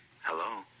Hello